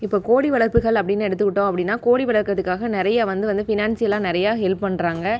இப்போ கோழி வளர்ப்புகள் அப்படினு எடுத்துகிட்டோம் அப்படின்னா கோழி வளர்க்கிறதுக்காக நிறைய வந்து வந்து ஃபினான்ஷியலாக நிறைய ஹெல்ப் பண்ணுறாங்க